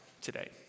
today